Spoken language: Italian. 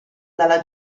dalla